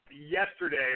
yesterday